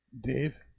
Dave